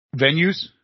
venues